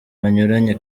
banyuranye